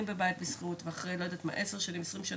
בבית בשכירות ואחר לא יודעת מה 10 שנים או 20 הם